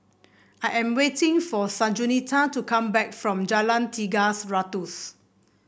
I am waiting for Sanjuanita to come back from Jalan Tiga Ratus